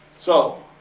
so,